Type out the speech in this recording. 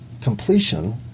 completion